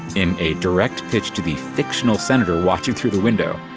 in a direct pitch to the fictional senator watching through the window,